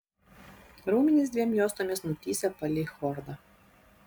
raumenys dviem juostomis nutįsę palei chordą